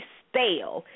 stale